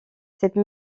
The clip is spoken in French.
cette